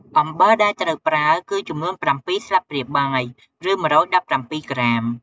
អំំបិលដែលត្រូវប្រើគឺចំនួន ៧ស្លាបព្រាបាយ ឬ ១១៧ ក្រាម។